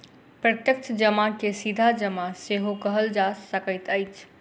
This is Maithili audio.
प्रत्यक्ष जमा के सीधा जमा सेहो कहल जा सकैत अछि